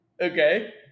Okay